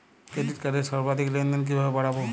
Credit কার্ডের সর্বাধিক লেনদেন কিভাবে বাড়াবো?